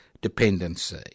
dependency